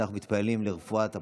אנחנו מתפללים לרפואת הפצוע.